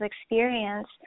experience